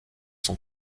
son